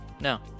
No